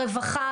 רווחה,